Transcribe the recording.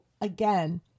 again